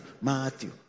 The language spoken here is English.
Matthew